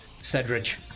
Cedric